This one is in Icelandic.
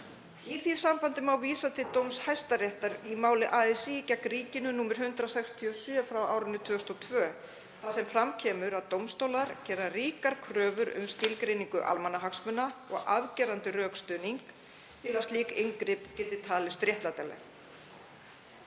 Í því sambandi má vísa til dóms Hæstaréttar í máli ASÍ gegn ríkinu, nr. 167/2002, þar sem fram kemur að dómstólar gera ríkar kröfur um skilgreiningu almannahagsmuna og afgerandi rökstuðning til að slík inngrip geti talist réttlætanleg.